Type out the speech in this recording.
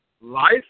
life